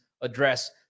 address